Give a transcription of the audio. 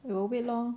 they will wait lor